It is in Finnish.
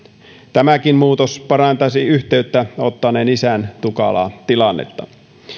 tämäkin muutos parantaisi yhteyttä ottaneen isän tukalaa tilannetta